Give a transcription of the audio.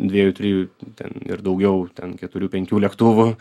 dviejų trijų ten ir daugiau ten keturių penkių lėktuvų